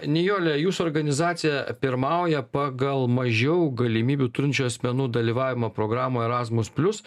nijole jūsų organizacija pirmauja pagal mažiau galimybių turinčių asmenų dalyvavimą programoje erasmus plius